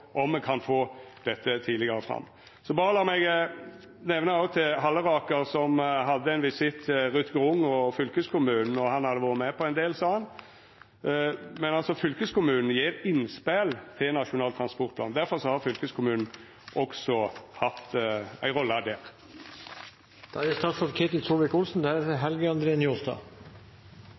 me kan få dette tidlegare fram. Lat meg berre nemna òg til Halleraker, som hadde ein visitt til Ruth Grung og fylkeskommunen – og han hadde vore med på ein del, sa han – at fylkeskommunen gjev innspel til Nasjonal transportplan. Difor har fylkeskommunen også hatt ei rolle